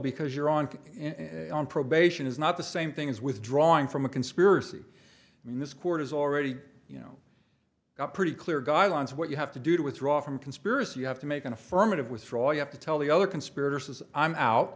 because you're on probation is not the same thing as withdrawing from a conspiracy i mean this court has already you know pretty clear guidelines what you have to do to withdraw from conspiracy you have to make an affirmative withdraw you have to tell the other